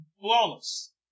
flawless